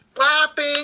Clapping